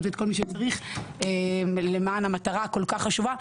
וכל מי שצריך למען מטרה הכל כך חשובה.